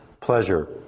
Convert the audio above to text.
pleasure